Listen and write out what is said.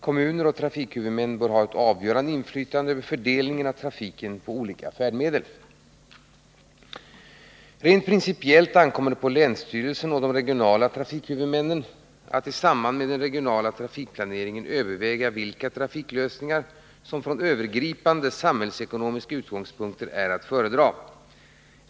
Kommuner och trafikhuvudmän bör ha ett avgörande inflytande över fördelningen av trafiken på olika trafikmedel. Rent principiellt ankommer det på länsstyrelsen och de regionala trafikhuvudmännen att i samband med den regionala trafikplaneringen överväga vilka trafiklösningar som från övergripande samhällsekonomiska utgångspunkter är att föredra.